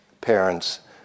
Parents